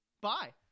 bye